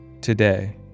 today